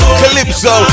calypso